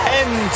end